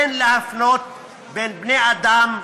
אין להפלות בין בני-אדם,